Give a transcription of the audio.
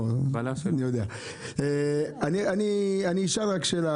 אני אשאל רק שאלה.